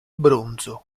bronzo